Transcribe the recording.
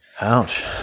Ouch